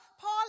Paul